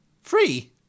Free